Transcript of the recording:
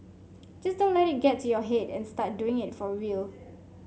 just don't let it get to your head and start doing it for real